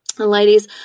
Ladies